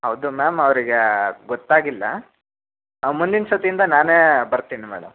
ಹೌದು ಮ್ಯಾಮ್ ಅವರಿಗೆ ಗೊತ್ತಾಗಿಲ್ಲ ನಾವು ಮುಂದಿನ ಸರ್ತಿಯಿಂದ ನಾನೇ ಬರ್ತೀನಿ ಮೇಡಮ್